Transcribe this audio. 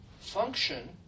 function